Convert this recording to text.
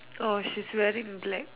oh she's wearing black